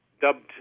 dubbed